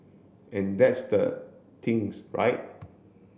and that's the things right